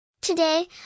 Today